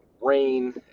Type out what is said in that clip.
rain